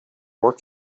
work